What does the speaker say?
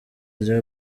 rya